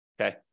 okay